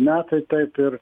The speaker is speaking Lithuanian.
metai taip ir